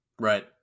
Right